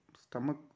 stomach